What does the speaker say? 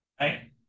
Right